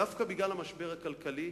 דווקא בגלל המשבר הכלכלי,